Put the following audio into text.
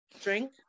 drink